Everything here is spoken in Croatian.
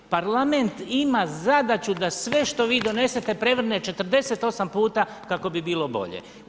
Parlament ima zadaću da sve što vi donesete prevrne 48 puta kako bi bilo bolje.